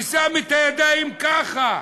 ששם את הידיים ככה: